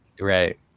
Right